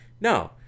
No